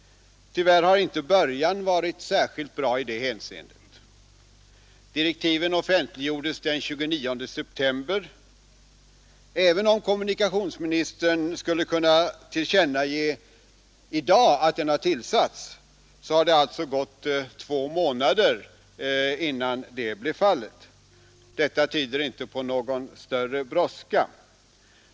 Tyvärr har inte början varit särskilt bra i detta hänseende. Direktiven offentliggjordes den 29 september. Även om kommunikationsministern i dag skulle kunna tillkännage att den har tillsatts, har det alltså gått två månader innan så blev fallet. Detta tyder inte på någon större brådska.